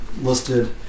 listed